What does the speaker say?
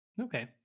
Okay